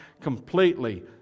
completely